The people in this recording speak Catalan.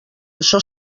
això